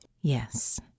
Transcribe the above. Yes